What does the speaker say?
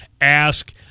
ask